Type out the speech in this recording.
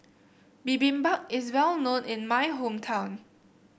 Bibimbap is well known in my hometown